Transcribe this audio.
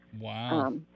Wow